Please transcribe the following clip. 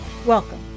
Welcome